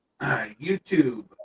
YouTube